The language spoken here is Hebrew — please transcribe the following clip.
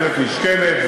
בהחלט נשקלת,